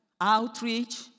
outreach